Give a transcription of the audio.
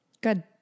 Good